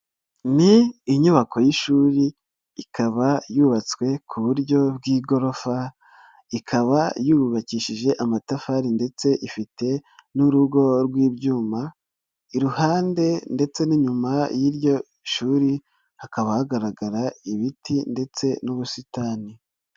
Ni inyubako y'ishuri ikaba yubatswe ku buryo bw'igorofa, ikaba yubakishije amatafari ndetse ifite n'urugo rw'ibyuma, iruhande ndetse n'inyuma y'iryo shuri hakaba hagaragara ibiti ndetse n'ubusitani.